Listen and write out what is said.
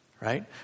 right